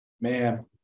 man